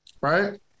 right